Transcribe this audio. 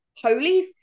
holy